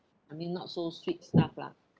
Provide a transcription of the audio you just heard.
I mean not so sweet stuff lah